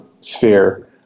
sphere